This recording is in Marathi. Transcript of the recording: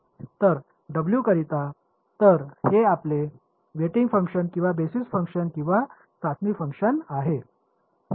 तर डब्ल्यू करीता तर हे आपले वेटिंग फंक्शन किंवा बेसिस फंक्शन किंवा चाचणी फंक्शन आहे